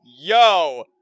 yo